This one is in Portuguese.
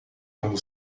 quando